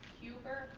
huber?